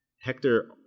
Hector